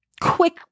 quick